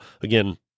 again